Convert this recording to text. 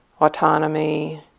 autonomy